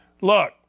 Look